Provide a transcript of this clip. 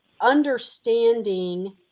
understanding